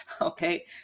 Okay